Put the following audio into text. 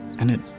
and it.